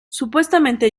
supuestamente